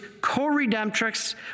co-redemptrix